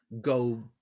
go